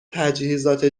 تجهیزات